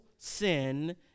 sin